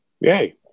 Yay